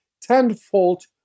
tenfold